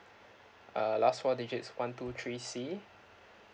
uh last four digits one two three C